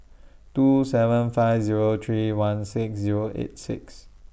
two seven five Zero three one six Zero eight six